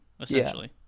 essentially